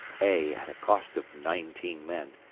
a, at a cost of nineteen men,